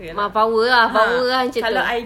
ma~ power ah power ah macam itu